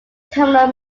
terminal